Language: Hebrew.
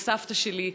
לסבתא שלי,